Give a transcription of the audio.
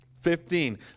Fifteen